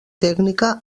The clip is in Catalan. tècnica